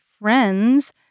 friends